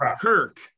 Kirk